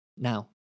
Now